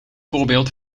voorbeeld